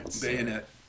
bayonet